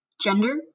gender